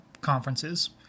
Conferences